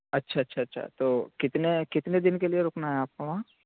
اچھا اچھا اچھا تو کتنے کتنے دن کے لیے رکنا ہے آپ کو وہاں